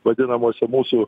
vadinamose mūsų